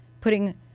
putting